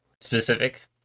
specific